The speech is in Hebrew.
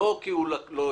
לא כי היא לא חתם,